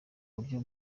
buryo